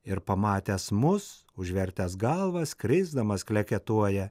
ir pamatęs mus užvertęs galvą skrisdamas kleketuoja